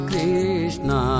Krishna